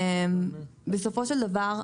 בסופו של דבר,